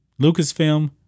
Lucasfilm